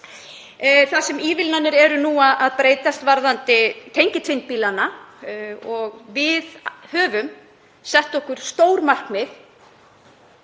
Nú eru ívilnanir að breytast varðandi tengiltvinnbílana og við höfum sett okkur stór markmið